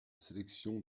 sélection